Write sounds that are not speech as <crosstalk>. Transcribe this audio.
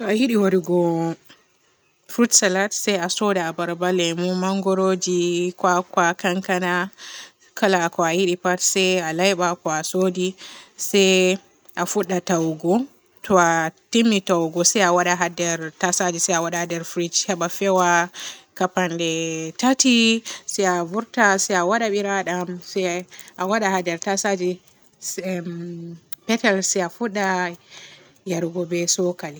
<noise> To a yiɗi wadugu frut salad se a sooda abarba, lemu, mangoroji, kwakwa, kankana, kala ko a yiɗi pat se a layba ko a soodi se a fudda ta'ogo to a timmi ta'ogo se a wada haa nder tasaje se a wada haa nder frige heba feewa kapande tati se a vurta se a wada biradam se a waada haa nder tasaje se emm petel se a fudda yarugo be sookali.